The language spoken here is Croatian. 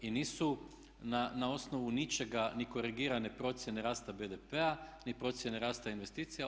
I nisu na osnovu ničega ni korigirane procjene rasta BDP-a ni procjene rasta investicija.